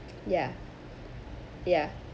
ya ya